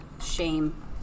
shame